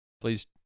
please